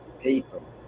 People